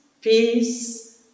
peace